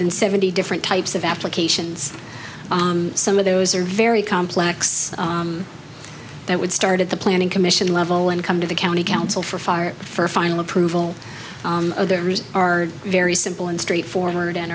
than seventy different types of applications some of those are very complex that would start at the planning commission level and come to the county council for fire for final approval others are very simple and straightforward